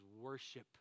worship